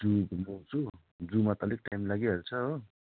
जू घुमाउँछु जूमा त अलिक टाइम लागि हाल्छ हो